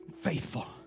faithful